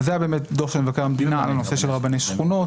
היה דוח של מבקר המדינה בנושא של רבני שכונות,